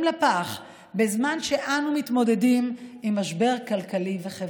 לפח בזמן שאנו מתמודדים עם משבר כלכלי וחברתי.